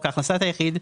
או כהכנסת היחיד,